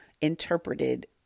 interpreted